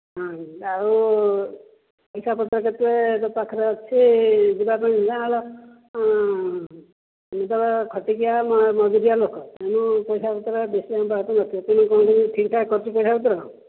ନାହିଁ ଆଉ ପଇସା ପତ୍ର କେତେ ତୋ ପାଖରେ ଅଛି ଯିବା ପାଇଁ ନା ମୁଁ ତ ଖଟିଖିଆ ମଜୁରିଆ ଲୋକ ତେଣୁ ପଇସା ପତ୍ର ବେଶୀ ଆମ ପାଖରେ ନଥିବ ତେଣୁ କ'ଣ ଠିକ୍ଠାକ୍ କରିଛୁ ପଇସା ପତ୍ର